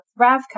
Ravka